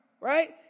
Right